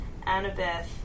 Annabeth